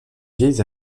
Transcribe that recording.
vieilles